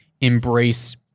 embrace